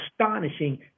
astonishing